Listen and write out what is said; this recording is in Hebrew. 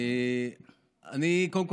תודה, היושב-ראש.